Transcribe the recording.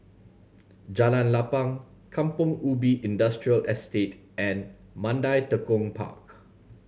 Jalan Lapang Kampong Ubi Industrial Estate and Mandai Tekong Park